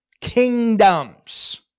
Kingdoms